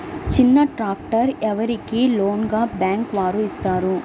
చిన్న ట్రాక్టర్ ఎవరికి లోన్గా బ్యాంక్ వారు ఇస్తారు?